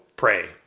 Pray